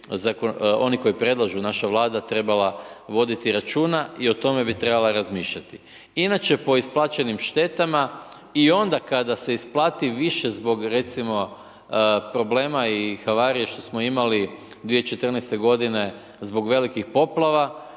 oni koji predlažu, naša vlada trebala voditi računa i o tome bi trebala razmišljati. Inače po isplaćenim štetama i onda kada se isplati više zbog recimo problema i havarije koje smo imali 2014. godine zbog velikih poplava